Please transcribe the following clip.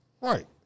Right